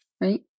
right